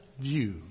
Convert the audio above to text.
view